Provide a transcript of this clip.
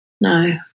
No